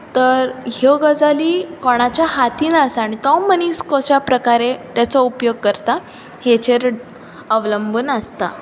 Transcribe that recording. तर ह्यो गजाली कोणाच्या हातीन आसा आनी तो मनीस कशा प्रकारे तेचो उपयोग करता हेचेर अवलंबून आसता